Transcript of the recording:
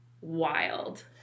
wild